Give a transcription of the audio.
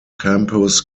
campus